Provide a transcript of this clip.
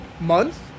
month